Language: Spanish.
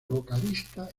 vocalista